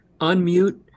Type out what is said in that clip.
unmute